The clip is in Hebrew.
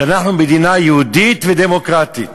שאנחנו מדינה יהודית ודמוקרטית.